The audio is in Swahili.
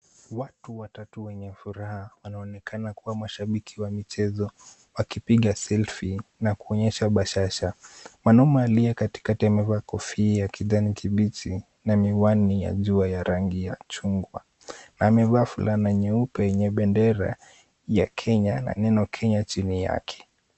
Watu watatu wenye furaha wanaonekana kuwa mashabiki wa michezo wakipiga selfie na kuonyesha bashasha. Mwanaume anayekatikati amevaa kofia ya kijani kibichi na miwani ya jua ya rangi ya chungwa. Amevaa fulana nyeupe yenye bendera ya Kenya na neno Kenya chini yake.